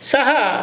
Saha